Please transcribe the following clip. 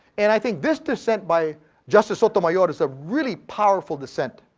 and i think this dissent by justice sotomayor is a really powerful dissent.